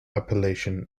appellation